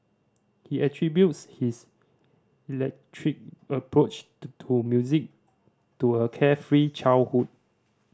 he attributes his eclectic approach to music to a carefree childhood